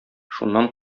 шуннан